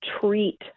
Treat